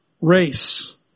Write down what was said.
race